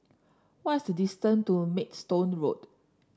what's the distance to Maidstone Road